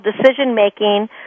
decision-making